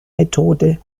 methode